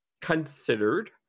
considered